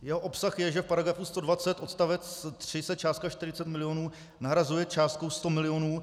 Jeho obsah je, že v § 120 odst. 3 se částka 40 milionů nahrazuje částkou 100 milionů.